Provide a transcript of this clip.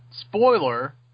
Spoiler